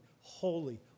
holy